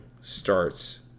starts